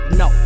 no